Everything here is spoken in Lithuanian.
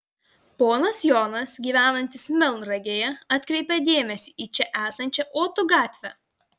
ponas jonas gyvenantis melnragėje atkreipė dėmesį į čia esančią otų gatvę